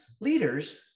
leaders